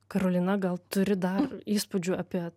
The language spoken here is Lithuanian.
karolina gal turi daug įspūdžių apie